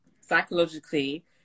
psychologically